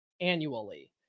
annually